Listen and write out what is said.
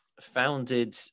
founded